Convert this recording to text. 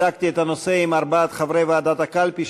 בדקתי את הנושא עם ארבעת חברי ועדת הקלפי,